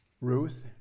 Ruth